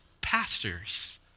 pastors